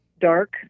dark